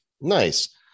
nice